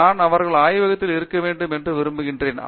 நான் அவர்கள் ஆய்வகத்தில் இருக்க வேண்டும் என்று விரும்புகிறேன்